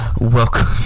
Welcome